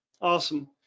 Awesome